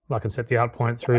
but can set the out point through